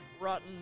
rotten